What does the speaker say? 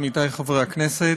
עמיתי חברי הכנסת,